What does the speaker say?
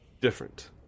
different